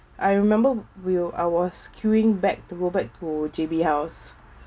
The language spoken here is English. I remember will I was queuing back to go back to J_B house